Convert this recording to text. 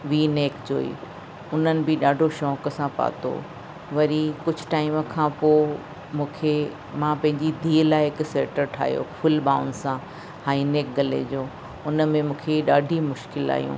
V neck जो ई हुननि बि ॾाढो शौक़ सां पातो वरी कुझु टाइम खां पोइ मूंखे मां पंहिंजी धीउ लाइ हिकु स्वेटर ठाहियो फुल ॿांहुनि सां हाई नेक ग़ले जो उन में मूंखे ॾाढी मुश्किल आहियूं